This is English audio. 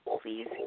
Please